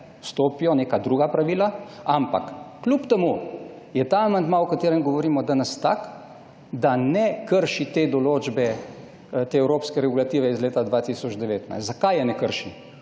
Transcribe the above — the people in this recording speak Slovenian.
vstopijo neka druga pravila. Ampak kljub temu je ta amandma, o katerem govorimo danes, takšen, da ne krši določbe te evropske regulative iz leta 2019. Zakaj je ne krši?